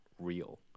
real